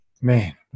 man